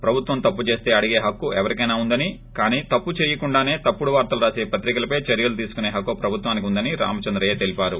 ప్రభుత్వం తప్పు చేస్తే అడిగే హక్కు ఎవరికైనా ఉందని కానీ తప్పు చేయకుండానే తప్పుడు వార్తలు రాసే పత్రికలపై చర్యలు తీసుకునే హక్కు ప్రభుత్వానికి ఉందని రామచంద్రయ్య తెలిపారు